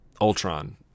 Ultron